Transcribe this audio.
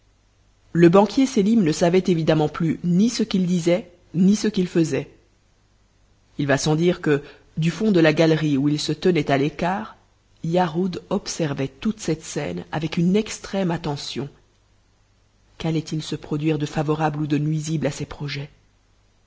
le banquier sélim ne savait évidemment plus ni ce qu'il disait ni ce qu'il faisait il va sans dire que du fond de la galerie où il se tenait à l'écart yarhud observait toute cette scène avec une extrême attention qu'allait-il se produire de favorable ou de nuisible à ses projets